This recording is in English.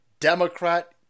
Democrat